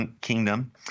kingdom